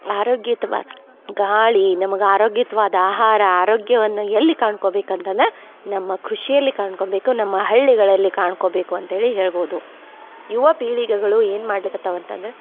ಆರೋಗ್ಯಯುತವಾದ ಗಾಳಿ ನಮ್ಗೆ ಆರೋಗ್ಯಯುತ್ವಾದ ಆಹಾರ ಆರೋಗ್ಯವನ್ನ ಎಲ್ಲಿ ಕಣ್ಕೊಬೇಕು ಅಂತಂದ್ರ ನಮ್ಮ ಕೃಷಿಯಲ್ಲಿ ಕಣ್ಕೊಬೇಕು ನಮ್ಮ ಹಳ್ಳಿಗಳಲ್ಲಿ ಕಾಣ್ಕೊಬೇಕು ಅಂತ್ಹೇಳಿ ಹೇಳ್ಬೋದು ಯುವ ಪೀಳಿಗೆಗಳು ಏನು ಮಾಡ್ಲಿಕತ್ತಾವು ಅಂತಂದ್ರೆ